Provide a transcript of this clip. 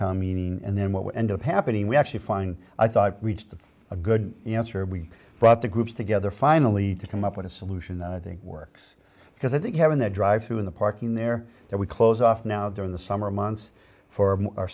time meeting and then what would end up happening we actually find i thought reached a good you know sure we brought the groups together finally to come up with a solution that i think works because i think having that drive through in the parking there that we close off now during the summer months for our